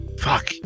Fuck